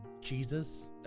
Jesus